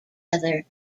other